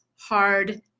hard